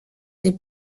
des